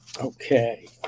okay